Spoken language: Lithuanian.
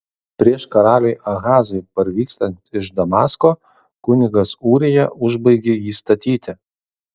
prieš karaliui ahazui parvykstant iš damasko kunigas ūrija užbaigė jį statyti